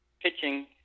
pitching